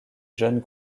jeunes